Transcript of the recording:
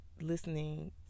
listening